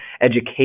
education